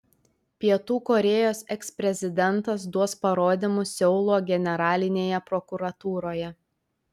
pietų korėjos eksprezidentas duos parodymus seulo generalinėje prokuratūroje